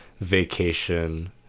vacation